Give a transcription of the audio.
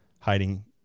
hiding